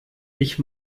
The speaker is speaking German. ich